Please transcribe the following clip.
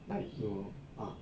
back 有 ah